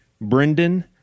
Brendan